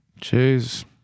Jeez